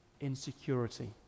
insecurity